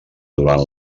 durant